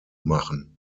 machen